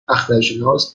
اخترشناس